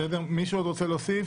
מישהו עוד רוצה להוסיף?